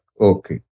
Okay